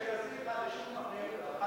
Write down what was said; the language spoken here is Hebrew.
רוצים לשריין אשכנזי אחד לשוק מחנה-יהודה,